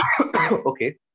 Okay